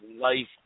life